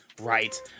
right